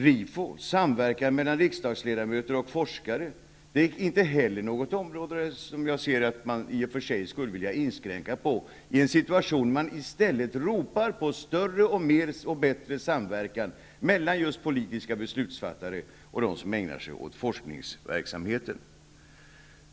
RIFO, samverkan mellan riksdagsledamöter och forskare, är inte heller ett område som vi vill inskränka på i en situation där man i stället ropar på större och bättre samverkan mellan just politiska beslutsfattare och dem som ägnar sig åt forskningsverksamhet.